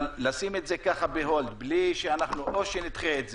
אבל לשים את זה ככה ב-Hold בלי שאנחנו או שנדחה את זה,